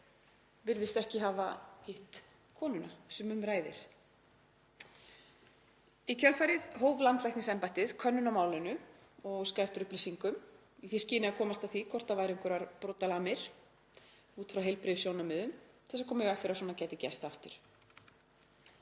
sem virðist ekki hafa hitt konuna sem um ræðir. Í kjölfarið hóf landlæknisembættið könnun á málinu og óskaði eftir upplýsingum í því skyni að komast að því hvort það væru einhverjar brotalamir út frá heilbrigðissjónarmiðum til að koma í veg fyrir að svona gæti gerst aftur.